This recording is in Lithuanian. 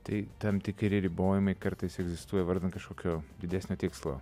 tai tam tikri ribojimai kartais egzistuoja vardan kažkokio didesnio tikslo